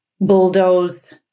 bulldoze